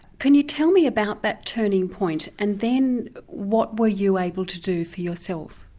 can you tell me about that turning point and then what were you able to do for yourself?